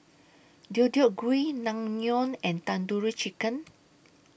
Deodeok Gui Naengmyeon and Tandoori Chicken